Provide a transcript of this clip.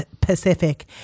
Pacific